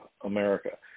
America